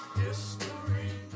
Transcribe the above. history